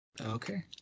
Okay